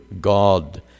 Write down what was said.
God